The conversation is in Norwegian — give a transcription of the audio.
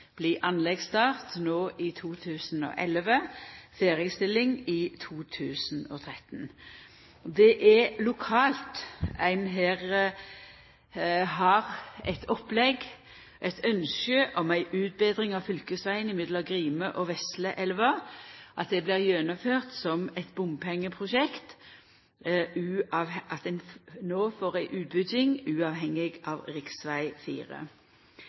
anleggsstart no i 2011, med ferdigstilling i 2013. Lokalt har ein her eit opplegg og eit ynske om ei utbetring av fylkesvegen mellom Grime og Vesleelva, at det blir gjennomført som eit bompengeprosjekt, og at ein no får ei utbygging uavhengig av